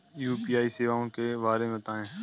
UPI सेवाओं के बारे में बताएँ?